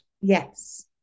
Yes